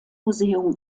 museum